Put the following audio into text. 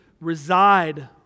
reside